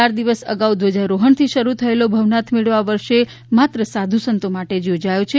ચાર દિવસ અગાઉલ ધ્વજારોહણથી શરૂ થયેલો ભવનાથ મેળો આ વર્ષે માત્ર સાધુસંતો માટે જ યોજાયો છે